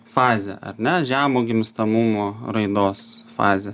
fazę ar ne žemo gimstamumo raidos fazę